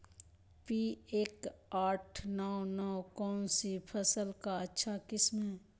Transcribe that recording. P एक आठ नौ नौ कौन सी फसल का अच्छा किस्म हैं?